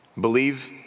Believe